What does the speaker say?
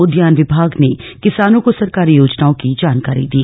उद्यान विभाग ने किसानों को सरकारी योजनाओं की जानकारी दी